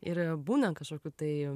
ir būna kažkokių tai